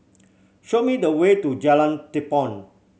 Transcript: show me the way to Jalan Tepong